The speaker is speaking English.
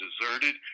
deserted